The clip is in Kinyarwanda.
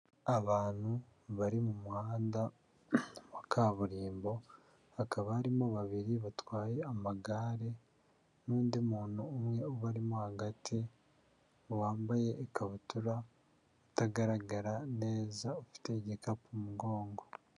Abantu bari mu muhanda wa kaburimbo, hakaba harimo babiri batwaye amagare n'undi muntu umwe ubarimo hagati wambaye ikabutura itagaragara neza ufite igikapu mugongo.